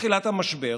מתחילת המשבר